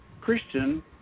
Christian